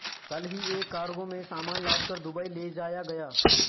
कल ही एक कार्गो में सामान लादकर दुबई ले जाया गया